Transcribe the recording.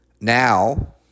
Now